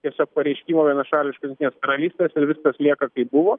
tiesiog pareiškimo vienašališko jungtinės karalystės ir viskas lieka kaip buvo